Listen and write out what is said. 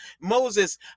Moses